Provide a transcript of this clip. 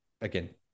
again